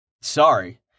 Sorry